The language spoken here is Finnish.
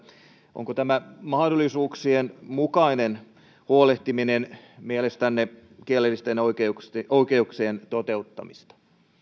onko tämä mahdollisuuksien mukainen huolehtiminen mielestänne kielellisten oikeuksien toteuttamista